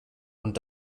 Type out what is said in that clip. und